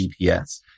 GPS